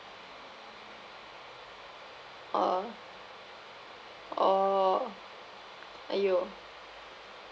oh oh !aiyo!